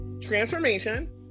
transformation